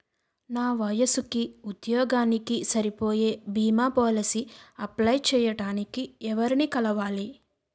నా వయసుకి, ఉద్యోగానికి సరిపోయే భీమా పోలసీ అప్లయ్ చేయటానికి ఎవరిని కలవాలి?